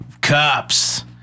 Cops